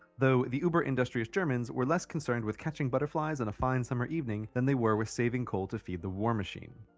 though, the uber-industrious germans were less concerned with catching butterflies on a fine summer evening than they were with saving coal to feed the war machine.